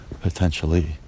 potentially